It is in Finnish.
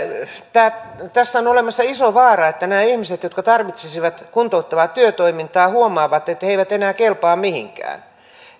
tässä on olemassa iso vaara että nämä ihmiset jotka tarvitsisivat kuntouttavaa työtoimintaa huomaavat että he eivät enää kelpaa mihinkään